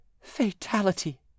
FATALITY